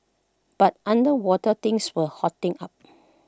but underwater things were hotting up